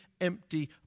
empty